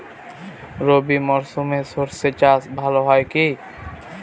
রবি মরশুমে সর্ষে চাস ভালো হয় কি?